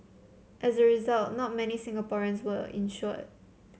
as a result not many Singaporeans were insured